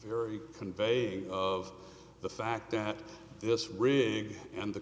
very conveying of the fact that this rig and the